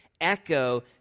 echo